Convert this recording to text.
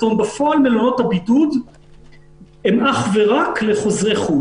זאת אומרת שבפועל מלונות הבידוד הם אך ורק לחוזרי חו"ל.